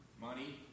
money